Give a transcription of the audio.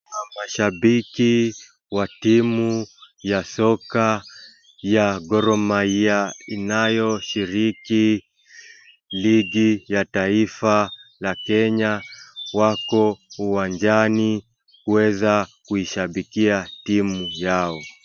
Mashabiki wa timu ya soka ya Gor mahia inayoshiriki ligi ya taifa la kenya wako uwanjani kuweza kuishabikia timu yao .